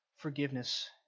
forgiveness